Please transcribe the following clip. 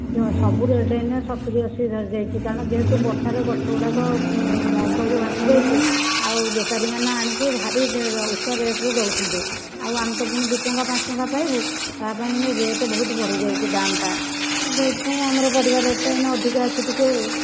ଦେଖ ସବୁ ରେଟ୍ ଏଇନେ ସତୁରି ଅଶୀ ଧରିଯାଇଛି କାରଣ ଯେହେତୁ ବର୍ଷାରେ ଗଛ ଗୁଡ଼ାକ ସବୁ ଭାସିଯାଇଛି ଆଉ ବେପାରୀମାନେ ଆଣିକି ଭାରି ଉଚ୍ଚା ରେଟ୍ ରେ ଦେଉଛନ୍ତି ଆଉ ଆମେ ତ ପୁଣି ଦୁଇ ଟଙ୍କା ପାଞ୍ଚ ଟଙ୍କା ପାଇବୁ ତାପାଇଁ ବି ରେଟ୍ ବହୁତ ବଢ଼ିଯାଇଛି ଦାମ୍ ଟା ସେଇଥିପାଇଁ ଆମର ପରିବା ରେଟ୍ ଟା ଏଇନା ଅଧିକା ଅଛି ଟିକିଏ